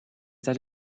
tali